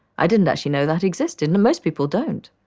i didn't actually know that existed, and most people don't.